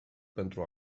pentru